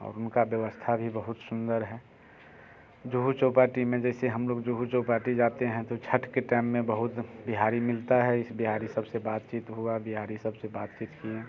और उनका व्यवस्था भी बहुत सुंदर है जुहू चौपाटी में जैसे हम लोग जुहू चौपाटी जाते हैं तो छठ के टाइम में बहुत बिहारी मिलता है इस बिहारी सबसे बातचीत हुआ बिहारी सबसे बातचीत किए